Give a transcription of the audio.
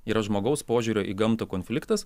yra žmogaus požiūrio į gamtą konfliktas